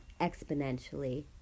exponentially